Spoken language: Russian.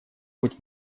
быть